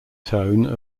tone